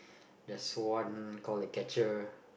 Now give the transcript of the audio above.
there's one call the catcher